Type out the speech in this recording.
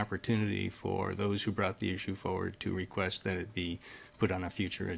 opportunity for those who brought the issue forward to request that it be put on a future